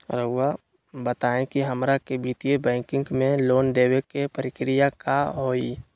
रहुआ बताएं कि हमरा के वित्तीय बैंकिंग में लोन दे बे के प्रक्रिया का होई?